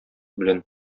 белән